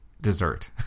dessert